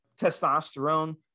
Testosterone